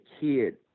kid